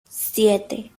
siete